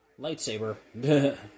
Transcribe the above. Lightsaber